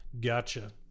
Gotcha